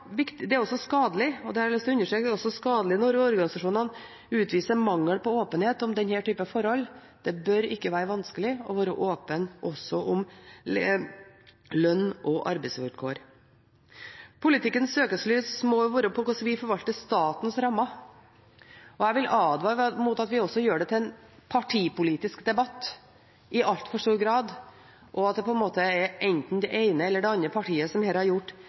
skadelig – det har jeg lyst til å understreke – når organisasjonene utviser mangel på åpenhet om denne typen forhold. Det bør ikke være vanskelig å være åpen også om lønn og arbeidsvilkår. Politikkens søkelys må være på hvordan vi forvalter statens rammer, og jeg vil advare mot at vi i altfor stor grad også gjør det til en partipolitisk debatt, og at det på en måte er enten det ene eller det andre partiet som her har gjort